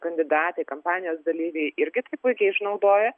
kandidatai kampanijos dalyviai irgi tai puikiai išnaudoja